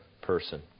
person